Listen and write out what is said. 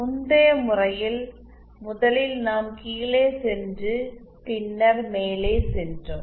முந்தைய முறையில் முதலில் நாம் கீழே சென்று பின்னர் மேலே சென்றோம்